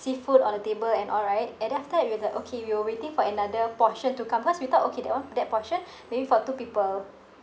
seafood on the table and all right and then after that we was like okay we were waiting for another portion to come cause we thought okay that one that portion maybe for two people